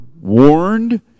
warned